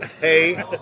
Hey